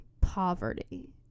poverty